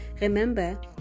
Remember